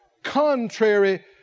Contrary